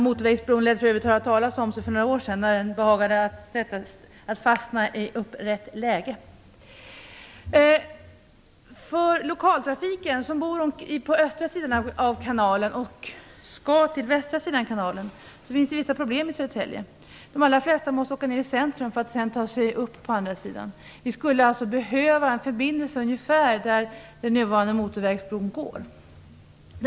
Motorvägsbron lät för övrigt höra talas om sig för några år sedan, då den behagade fastna i upprätt läge. För dem som bor på östra sidan av kanalen och skall ta sig till västra sidan har vissa problem. De allra flesta måste åka in till centrum för att sedan ta sig över på andra sidan. Vi skulle alltså behöva en förbindelse ungefär där den nuvarande motorvägsbron är placerad.